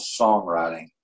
songwriting